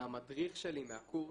המדריך שלי מהקורס,